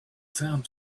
found